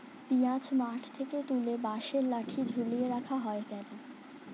পিঁয়াজ মাঠ থেকে তুলে বাঁশের লাঠি ঝুলিয়ে রাখা হয় কেন?